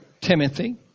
Timothy